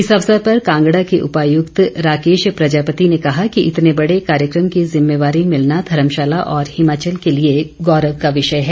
इस अवसर पर कांगड़ा के उपायुक्त राकेश प्रजापति ने कहा कि इतने बड़े कार्यक्रम की जिम्मेवारी मिलना धर्मशाला और हिमाचल के लिए गौरव का विषय है